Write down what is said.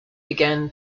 began